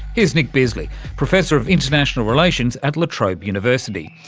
here's nick bisley, professor of international relations at la trobe university.